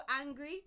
angry